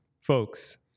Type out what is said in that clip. Folks